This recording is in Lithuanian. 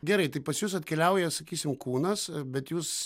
gerai tai pas jus atkeliauja sakysim kūnas bet jūs